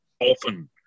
often